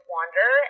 Wander